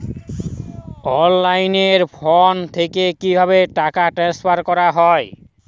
অনলাইনে ফোন থেকে কিভাবে টাকা ট্রান্সফার করা হয়?